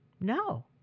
no